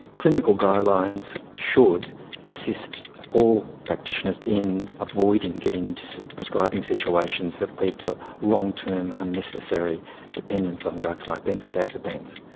clinical guidelines should assist all practitioners in avoiding getting into prescribing situations that lead to long-term unnecessary dependence on drugs like benzodiazepines.